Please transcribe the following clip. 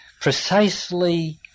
precisely